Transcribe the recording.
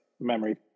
memory